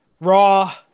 Raw